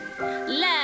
Love